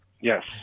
Yes